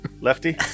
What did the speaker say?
Lefty